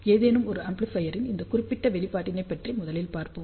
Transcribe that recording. ஏதேனும் ஒரு ஆம்ப்ளிபையரின் இந்த குறிப்பிட்ட வெளிப்பாட்டினை பற்றி முதலில் பார்ப்போம்